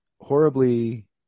horribly